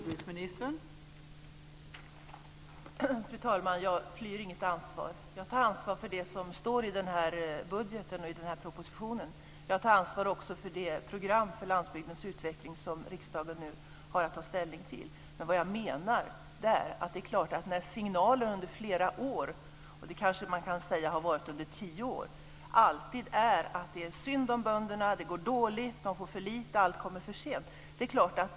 Fru talman! Jag flyr inget ansvar. Jag tar ansvar för det som står i budgeten och i propositionen. Jag tar också ansvar för det program för landsbygdens utveckling som riksdagen nu har att ta ställning till. Vad jag menar är att det har varit signaler under flera år - under de senaste tio åren, kan man nog säga - om att det alltid är synd om bönderna, att de mår dåligt, att de får för lite och att allting kommer för sent.